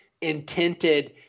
intended